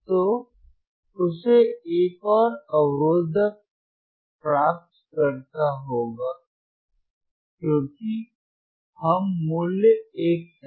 तो उसे एक और अवरोधक प्राप्त करना होगा क्योंकि हम मूल्य 1 चाहते हैं